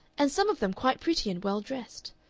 and some of them quite pretty and well dressed.